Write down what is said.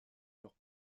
leurs